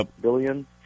billion